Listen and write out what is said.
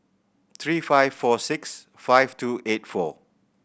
three five four six five two eight four